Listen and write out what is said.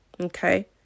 Okay